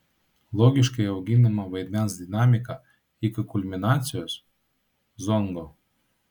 logiškai auginama vaidmens dinamika iki kulminacijos zongo